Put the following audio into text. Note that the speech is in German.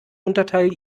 unterteil